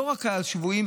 הם לא רק קהל שבוי,